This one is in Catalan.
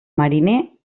mariner